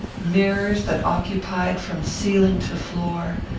mirrors that occupied from ceiling to floor,